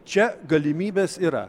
čia galimybės yra